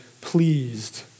pleased